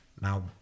Now